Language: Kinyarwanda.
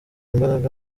imbaraga